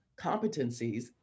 competencies